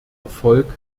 erfolg